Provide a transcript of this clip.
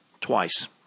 twice